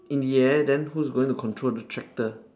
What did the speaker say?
in the air then whose going to control the tractor